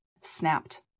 snapped